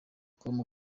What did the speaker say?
com